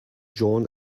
john